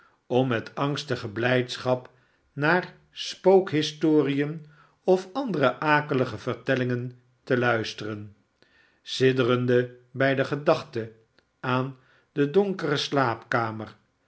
om met angstige blijdschap naar spookhistorien of andere akelige vertellingen te luisteren sidderende bij de gedachte aan de donkere slaapkamer